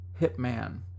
Hitman